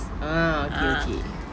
ah okay okay